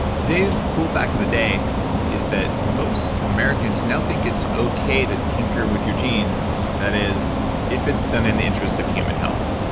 today's cool fact of the day is that most americans now think it's okay to tinker with your genes, that is if it's done in the interest of human health.